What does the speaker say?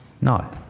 No